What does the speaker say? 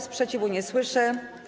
Sprzeciwu nie słyszę.